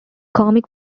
comic